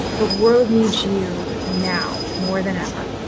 the world needs you now more than ever.